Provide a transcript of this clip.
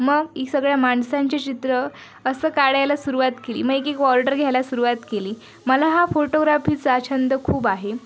मग ही सगळ्या माणसांची चित्रं असं काढायला सुरुवात केली मग एक एक वॉर्डर घ्यायला सुरुवात केली मला हा फोटोग्राफीचा छंद खूप आहे